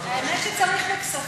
האמת שצריך בכספים.